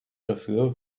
dafür